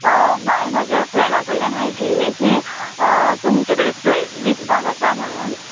हांयेन म्हाज्या फ्रेंडा कडल्यान आयकिल्लें की तुमचे कडेन फ्लॅट्स विकपाक आसा म्होणोन